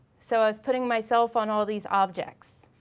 so i was putting myself on all these objects.